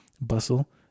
Bustle